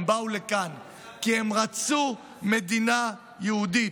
הם באו לכאן כי הם רצו מדינה יהודית.